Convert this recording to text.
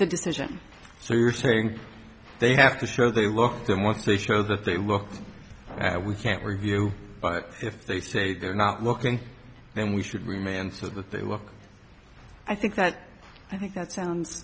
the decision so you're saying they have to show they work them wants to show that they look we can't review but if they say they're not looking then we should remain so that they look i think that i think that sounds